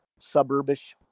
suburbish